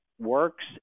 works